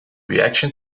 reaction